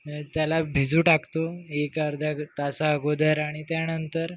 त्याला भिजू टाकतो एक अर्ध्या तासाअगोदर आणि त्यानंतर